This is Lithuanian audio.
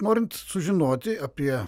norint sužinoti apie